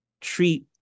treat